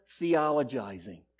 theologizing